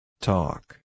Talk